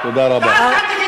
תודה רבה.